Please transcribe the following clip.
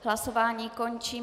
Hlasování končím.